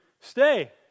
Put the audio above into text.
stay